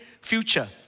future